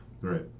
Right